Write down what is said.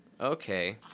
Okay